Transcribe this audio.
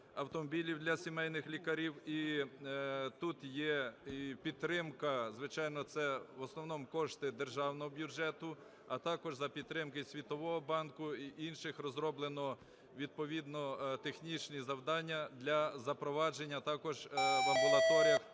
автомобілів для сімейних лікарів, і тут є підтримка, звичайно, це в основному кошти державного бюджету, а також за підтримки Світового банку і інших, розроблено відповідно технічні завдання для запровадження також в амбулаторіях